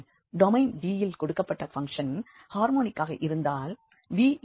domain D இல் கொடுக்கப்பட்ட function ஹார்மோனிக்காக இருந்தால் v இருக்கும்